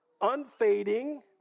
unfading